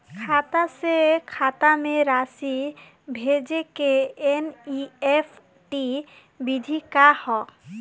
खाता से खाता में राशि भेजे के एन.ई.एफ.टी विधि का ह?